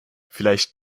vielleicht